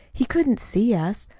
he couldn't see us.